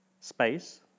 space